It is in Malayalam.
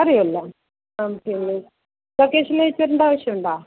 അറിയാലോ ലൊക്കേഷൻ അയച്ച് തരേണ്ട ആവശ്യം ഉണ്ടോ